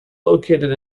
located